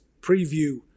preview